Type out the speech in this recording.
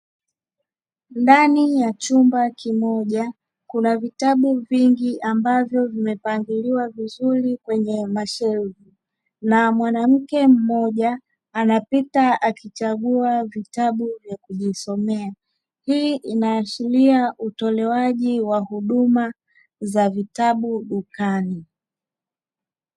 Ndani ya chumba kimoja kuna vitabu vingi ambavyo vimepangiliwa vizuri kwenye mashelfu, na mwanamke mmoja anapita akichagua vitabu vya kujisomea. Hii inaashiria utolewaji wa huduma za vitabu dukani.